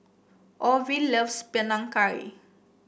Orvil loves Panang Curry